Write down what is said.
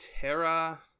terra